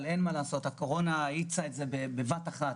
אבל הקורונה האיצה את זה בבת אחת.